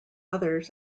others